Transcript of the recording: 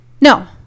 No